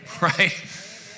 Right